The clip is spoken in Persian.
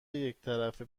یکطرفه